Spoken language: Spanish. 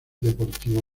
deportivo